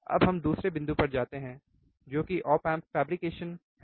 अब हम दूसरे बिंदु पर जाते हैं जो कि ऑप एम्प फैब्रिकेशन है